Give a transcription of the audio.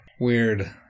Weird